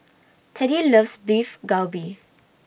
Teddy loves Beef Galbi